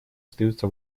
остаются